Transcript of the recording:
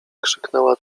krzyknęła